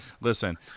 listen